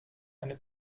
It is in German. eine